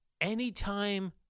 anytime